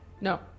no